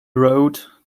wrote